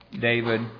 David